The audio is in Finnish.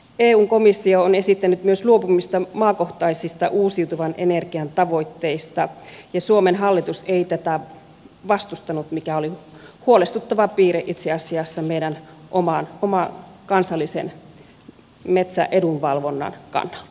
eu komissio on esittänyt myös luopumista maakohtaisista uusiutuvan energian tavoitteista ja suomen hallitus ei tätä vastustanut mikä oli huolestuttava piirre itse asiassa meidän oman kansallisen metsäedunvalvonnan kannalta